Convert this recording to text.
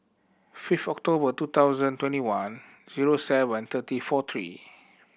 fifth October two thousand twenty one zero seven thirty four three